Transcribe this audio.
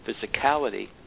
physicality